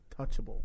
touchable